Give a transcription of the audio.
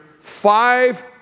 five